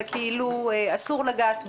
וכאילו אסור לגעת בו,